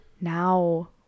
Now